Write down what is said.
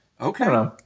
Okay